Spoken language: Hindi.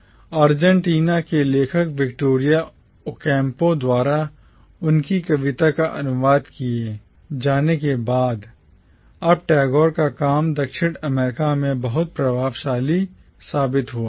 Argentine author Victoria Ocampo Argentina के लेखक विक्टोरिया ओकैम्पो द्वारा उनकी कविता का अनुवाद किए जाने के बाद अब टैगोर का काम दक्षिण अमेरिका में बहुत प्रभावशाली साबित हुआ